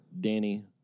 Danny